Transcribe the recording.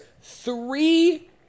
three